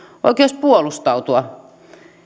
oikeus puolustautua